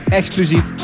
exclusief